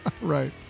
Right